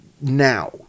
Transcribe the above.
now